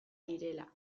direla